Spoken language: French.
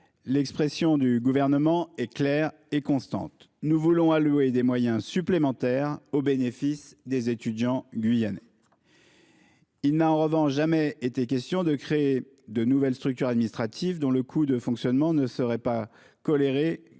l'expression du Gouvernement est claire et constante : nous voulons allouer des moyens supplémentaires au bénéfice des étudiants guyanais. En revanche, il n'a jamais été question de créer de nouvelles structures administratives, dont le coût de fonctionnement ne serait pas corrélé